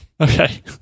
Okay